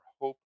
hope